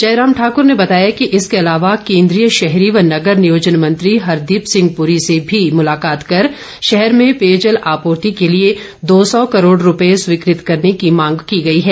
जयराम ठाक्र ने बताया कि इसके अलावा केंद्रीय शहरी व नगर नियोजन मंत्री हरदीप सिंह पूरी से भी मुलाकात कर शहर में पेयजल आपूर्ति के लिए दो सौ करोड़ रूपए स्वीकृत करने की मांग की गई है